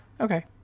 Okay